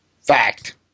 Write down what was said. Fact